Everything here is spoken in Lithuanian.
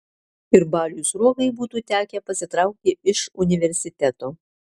ir baliui sruogai būtų tekę pasitraukti iš universiteto